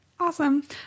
Awesome